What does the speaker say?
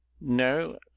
no